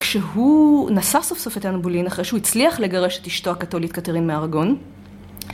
כשהוא נשא סוף סוף את אן בולין, אחרי שהוא הצליח לגרש את אשתו הקתולית, קתרין מארגון